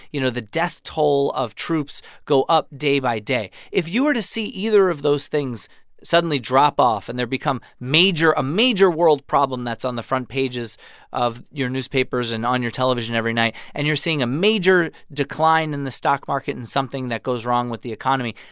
you know, the death toll of troops go up day by day if you were to see either of those things suddenly drop off and there become major a major world problem that's on the front pages of your newspapers and on your television every night, and you're seeing a major decline in the stock market and something that goes wrong with the economy,